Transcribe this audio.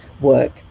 work